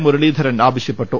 മുരളീധരൻ ആവശ്യപ്പെട്ടു